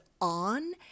on